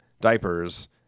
diapers